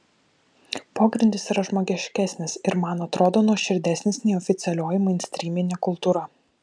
pogrindis yra žmogiškesnis ir man atrodo nuoširdesnis nei oficialioji mainstryminė kultūra